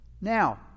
Now